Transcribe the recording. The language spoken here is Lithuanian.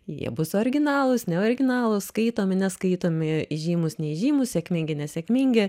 jie bus originalūs neoriginalūs skaitomi neskaitomi žymūs neįžymūs sėkmingi nesėkmingi